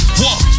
walk